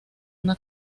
una